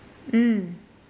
mm